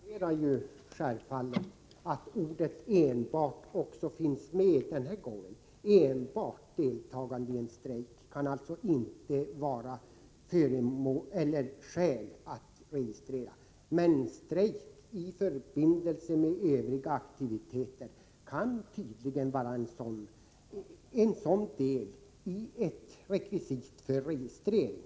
Fru talman! Jag menar självfallet att ordet ”enbart” också finns med den här gången. ”Enbart” deltagande i en strejk kan alltså inte vara skäl att registrera. Men strejk i förbindelse med övriga aktiviteter kan tydligen vara ett rekvisit för registrering.